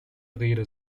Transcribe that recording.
rede